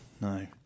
No